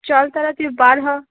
চল তাহলে তুই বার হ